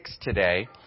today